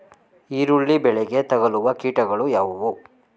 ಈರುಳ್ಳಿ ಬೆಳೆಗೆ ತಗಲುವ ಕೀಟಗಳು ಯಾವುವು?